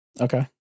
Okay